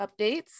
updates